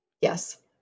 Yes